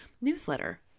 newsletter